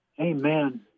Amen